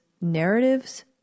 narratives